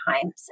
times